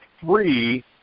three